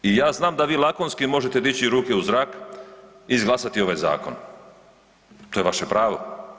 I ja znam da vi lakonski možete dići ruke u zrak i izglasati ovaj zakon, to je vaše pravo.